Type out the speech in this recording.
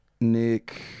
Nick